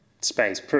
space